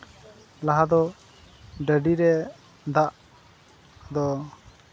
ᱞᱟᱦᱟ ᱫᱚ ᱰᱟᱹᱰᱤᱨᱮ ᱫᱟᱜ ᱫᱚ